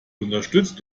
unterstützt